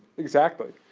exactly.